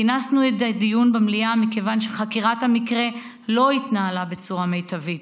כינסנו את הדיון במליאה כיוון שחקירת המקרה לא התנהלה בצורה מיטבית,